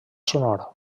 sonor